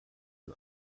den